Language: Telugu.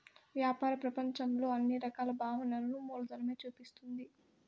వ్యాపార ప్రపంచంలో అన్ని రకాల భావనలను మూలధనమే చూపిస్తుంది